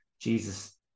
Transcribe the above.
Jesus